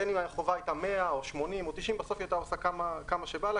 בין אם החובה הייתה 100 או 80 או 90. בסוף היא הייתה עושה כמה שבא לה.